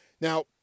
Now